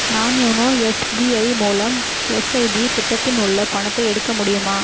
நான் YONO SBI மூலம் SIP திட்டத்தின் உள்ள பணத்தை எடுக்க முடியுமா